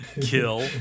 kill